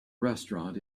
restaurant